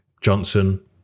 Johnson